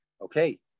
okay